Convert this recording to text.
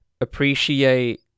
appreciate